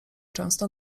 często